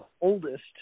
oldest